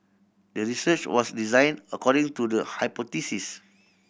the research was design according to the hypothesis